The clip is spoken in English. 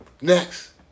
Next